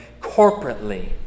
corporately